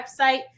website